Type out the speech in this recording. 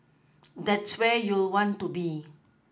that's where you'll want to be